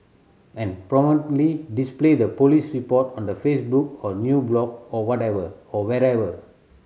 and prominently display the police report on the Facebook or new blog or whatever or wherever